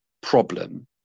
problem